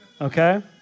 okay